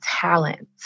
talent